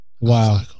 wow